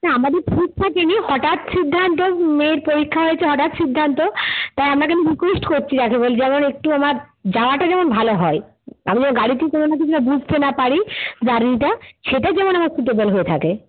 না আমাদের ঠিক থাকেনি হঠাৎ সিদ্ধান্ত মেয়ের পরীক্ষা হয়েছে হঠাৎ সিদ্ধান্ত তাই আপনাকে আমি রিকোয়েস্ট করছি যাকে বলছি যেমন একটু আমার যাওয়াটা যেমন ভালো হয় আমি ওই গাড়িতে যেন না কিছু না বুঝতে না পারি জার্নিটা সেটা যেমন আমার হয়ে থাকে